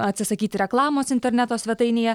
atsisakyti reklamos interneto svetainėje